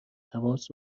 حواس